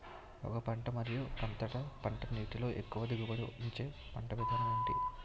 ఒక పంట మరియు అంతర పంట వీటిలో ఎక్కువ దిగుబడి ఇచ్చే పంట విధానం ఏంటి?